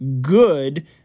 good